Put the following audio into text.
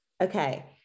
okay